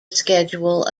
schedule